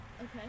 Okay